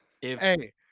Hey